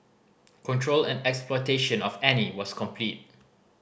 control and exploitation of Annie was complete